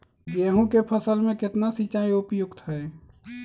गेंहू के फसल में केतना सिंचाई उपयुक्त हाइ?